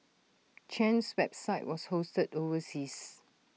Chen's website was hosted overseas